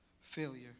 failure